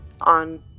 on